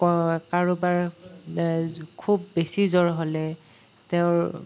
ক কাৰোবাৰ খুব বেছি জ্বৰ হ'লে তেওঁৰ